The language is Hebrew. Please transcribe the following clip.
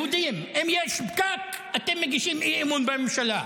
אם יש פקק, אתם מגישים אי-אמון בממשלה.